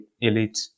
elite